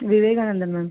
Vivekanandan ma'am